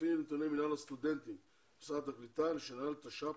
לפי נתוני מינהל הסטודנטים במשרד הקליטה לשנת תש"פ